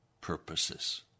purposes